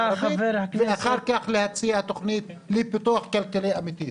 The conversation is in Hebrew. ואחר כך להציע תוכנית לפיתוח כלכלי אמיתי.